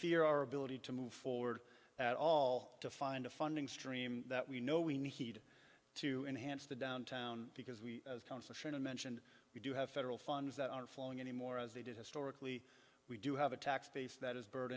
fear our ability to move forward at all to find a funding stream that we know we need to enhance the downtown because we as counsel shannan mentioned we do have federal funds that are flowing anymore as they did historically we do have a tax base that is